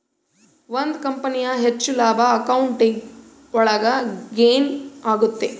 ಒಂದ್ ಕಂಪನಿಯ ಹೆಚ್ಚು ಲಾಭ ಅಕೌಂಟಿಂಗ್ ಒಳಗ ಗೇನ್ ಆಗುತ್ತೆ